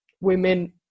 women